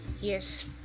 Yes